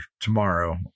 tomorrow